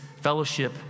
fellowship